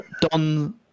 Don